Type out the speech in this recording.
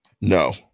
No